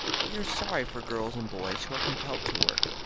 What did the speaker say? we are sorry for girls and boys who are compelled to work,